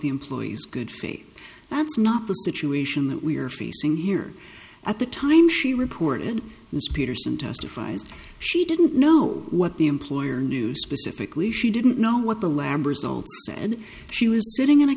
the employee's good faith that's not the situation that we are facing here at the time she reported this peterson testifies she didn't know what the employer knew specifically she didn't know what the lab results said she was sitting in a